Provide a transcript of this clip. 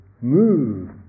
move